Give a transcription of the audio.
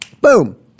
boom